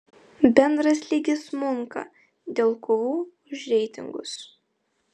bendras lygis smunka dėl kovų už reitingus